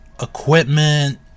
equipment